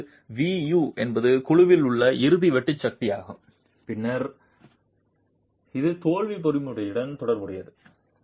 இப்போது v u என்பது குழுவில் உள்ள இறுதி வெட்டு சக்தியாகும் பின்னர் இது தோல்வி பொறிமுறையுடன் தொடர்புடையது